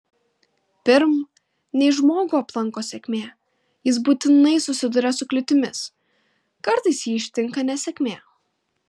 pirm nei žmogų aplanko sėkmė jis būtinai susiduria su kliūtimis kartais jį ištinka nesėkmė